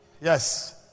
Yes